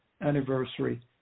anniversary